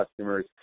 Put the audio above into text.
customers